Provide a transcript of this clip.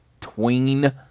tween